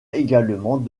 également